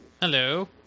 Hello